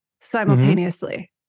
simultaneously